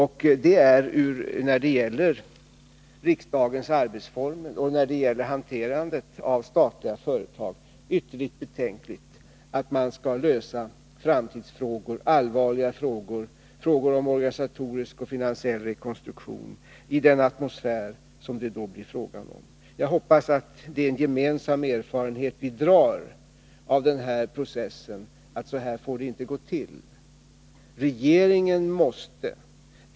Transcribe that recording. Både när det gäller riksdagens arbetsformer och när det gäller hanterandet av statliga företag är det ytterligt betänkligt att man skall lösa allvarliga framtidsfrågor, såsom frågor om organisatorisk och finansiell rekonstruktion, i den atmosfär som då skapas. Jag hoppas att det är en gemensam erfarenhet som vi drar av denna process att det inte får gå till på det sättet.